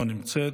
לא נמצאת,